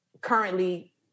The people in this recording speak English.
currently